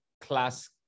class